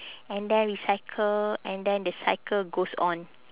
and then recycle and then the cycle goes on